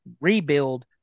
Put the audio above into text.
rebuild